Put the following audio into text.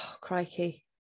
crikey